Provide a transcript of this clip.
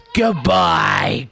goodbye